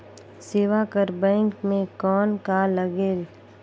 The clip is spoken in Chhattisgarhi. सेवा बर बैंक मे कौन का लगेल?